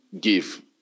give